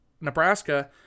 Nebraska